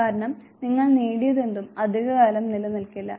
കാരണം നിങ്ങൾ നേടിയതെന്തും അധികകാലം നിലനിൽക്കില്ല